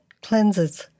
cleanses